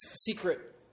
secret